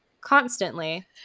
constantly